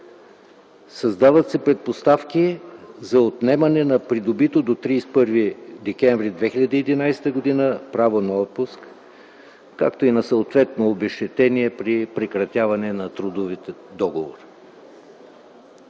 Създават се предпоставки за отнемане на придобито до 31 декември 2011 г. право на отпуск, както и на съответно обезщетение при прекратяване на трудовите договори.